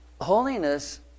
Holiness